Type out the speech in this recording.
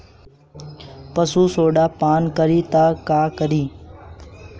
पशु सोडा पान करी त का करी?